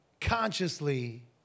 consciously